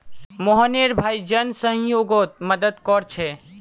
मोहनेर भाई जन सह्योगोत मदद कोरछे